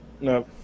no